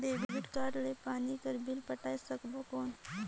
Debit card ले पानी कर बिल पटाय सकबो कौन?